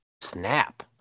snap